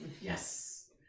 Yes